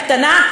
הקטנה,